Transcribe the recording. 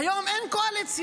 היום אין קואליציה.